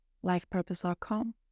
LifePurpose.com